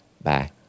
Bye